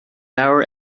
leabhar